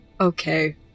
Okay